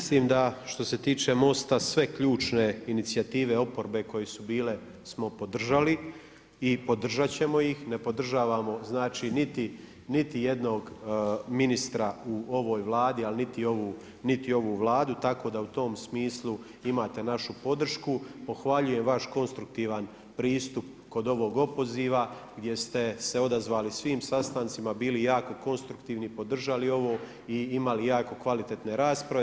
Mislim da, što se tiče MOST-a sve ključne inicijative oporbe koje su bile smo podržali i podržati ćemo ih, ne podržavamo znači niti jednog ministra u ovoj Vladi, ali niti ovu Vladu, tako da u tom smislu imate našu podršku, pohvaljujem vaš konstruktivan pristup kod ovog opoziva gdje ste se odazvali svim sastancima, bili jako konstruktivni, podržali ovo i imali jako kvalitetne rasprave.